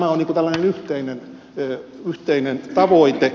tämä on tällainen yhteinen tavoite